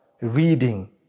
reading